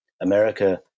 America